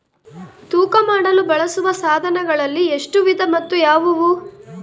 ತೂಕ ಮಾಡಲು ಬಳಸುವ ಸಾಧನಗಳಲ್ಲಿ ಎಷ್ಟು ವಿಧ ಮತ್ತು ಯಾವುವು?